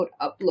upload